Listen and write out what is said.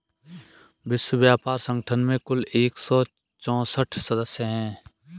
विश्व व्यापार संगठन में कुल एक सौ चौसठ सदस्य हैं